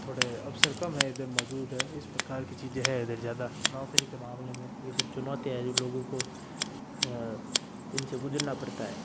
थोड़े अवसर कम है इधर मौजूद है इस प्रकार की चीज़ें हैं इधर ज़्यादा नौकरी के मामले में यह सब चुनौतियाँ हैं जो लोगों को इनसे गुजरना पड़ता है